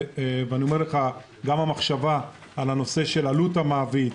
גם המחשבה על הנושא של עלות המעביד,